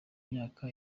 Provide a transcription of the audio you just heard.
myaka